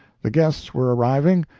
the guests were arriving,